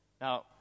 Now